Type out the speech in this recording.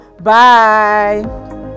Bye